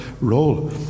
role